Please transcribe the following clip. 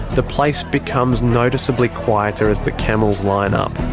the place becomes noticeably quieter as the camels line um